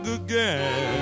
again